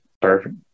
Perfect